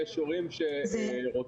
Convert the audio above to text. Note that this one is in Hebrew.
יש הורים שתומכים בזה.